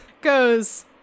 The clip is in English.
goes